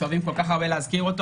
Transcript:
שאוהבים כל כך הרבה להזכיר אותו,